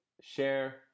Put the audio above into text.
Share